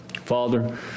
Father